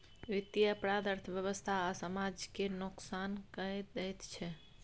बित्तीय अपराध अर्थव्यवस्था आ समाज केँ नोकसान कए दैत छै